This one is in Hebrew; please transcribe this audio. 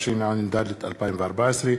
התשע"ד 2014,